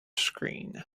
screen